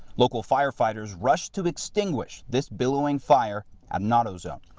local firefighters rush to extinguish this billowing fire at an auto zone